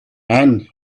and